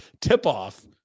tip-off